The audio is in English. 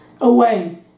away